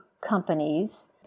companies